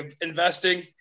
investing